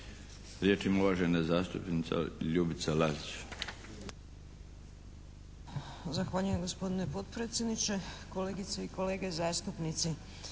Riječ ima uvažena zastupnika Ljubica Lalić.